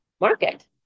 market